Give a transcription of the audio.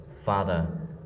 Father